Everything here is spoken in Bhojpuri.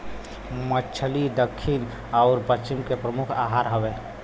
मछली दक्खिन आउर पश्चिम के प्रमुख आहार हउवे